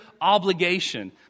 obligation